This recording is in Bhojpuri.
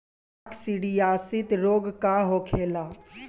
काकसिडियासित रोग का होखेला?